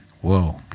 whoa